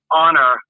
honor